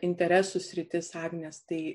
interesų sritis agnės tai